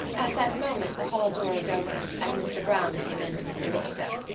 at that moment the hall-door was opened and mr. browne came in from the doorstep,